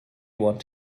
want